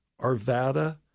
Arvada